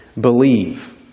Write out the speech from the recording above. believe